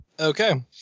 Okay